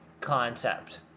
concept